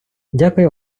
дякую